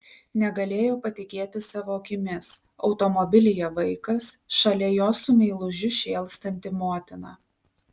negalėjo patikėti savo akimis automobilyje vaikas šalia jo su meilužiu šėlstanti motina